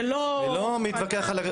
זה לא --- ברור, אני לא אומר את זה.